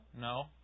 No